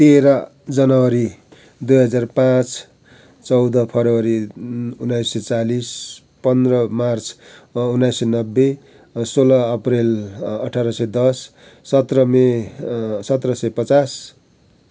तेह्र जनवरी दुई हजार पाँच चौध फरवरी उन्नाइस सय चालिस पन्ध्र मार्च उन्नाइस सय नब्बे सोह्र अप्रेल अठार सय दस सत्र मे सत्र सय पचास